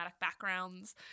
backgrounds